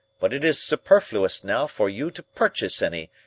but it is superfluous now for you to purchase any,